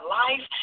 life